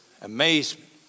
amazement